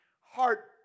heart